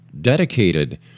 dedicated